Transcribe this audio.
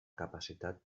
capacitat